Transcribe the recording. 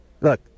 Look